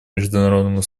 международному